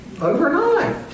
overnight